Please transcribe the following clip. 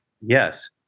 yes